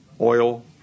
oil